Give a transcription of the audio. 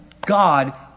God